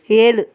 ஏழு